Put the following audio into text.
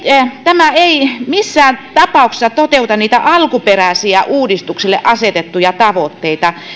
tämä ei missään tapauksessa toteuta niitä alkuperäisiä uudistukselle asetettuja tavoitteita